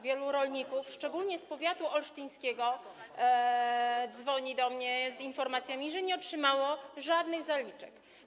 Wielu rolników, szczególnie z powiatu olsztyńskiego, dzwoni do mnie z informacjami, że nie otrzymało żadnych zaliczek.